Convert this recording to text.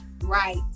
Right